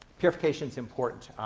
purification is important.